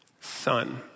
son